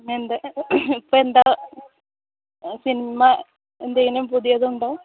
എന്താണ് ഇപ്പോൾ എന്താണ് സിൻമ എന്തെങ്കിലും പുതിയതുണ്ടോ